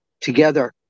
together